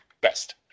best